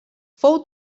fou